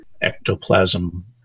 ectoplasm